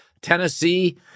Tennessee